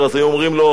אמור שנית.